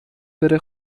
بره